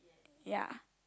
ya